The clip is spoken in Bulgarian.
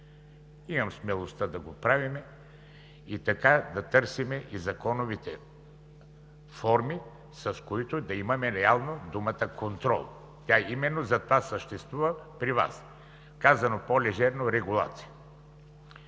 имаме смелостта да го правим, така и да търсим законовите форми, с които да имаме реално думата „контрол“. Тя именно затова съществува при Вас. Казано по-лежерно – регулация.